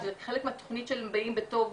זה חלק מהתכנית של באים בטוב,